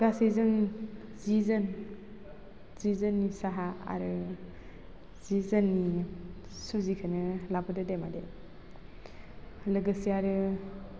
गासै जों जि जन जि जननि साहा आरो जि जन सुजिखौनो लाबोदो दे मादै लोगोसे आरो